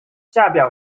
下表